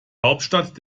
hauptstadt